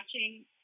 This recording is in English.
watching